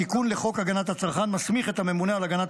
התיקון לחוק הגנת הצרכן מסמיך את הממונה על הגנת